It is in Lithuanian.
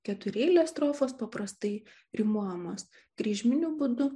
ketureilio strofos paprastai rimuojamos kryžminiu būdu